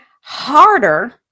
harder